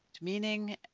meaning